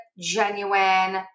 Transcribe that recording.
genuine